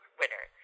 winner